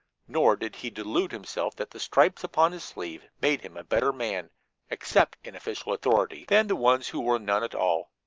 nor did he delude himself that the stripes upon his sleeve made him a better man except in official authority than the one who wore none at all.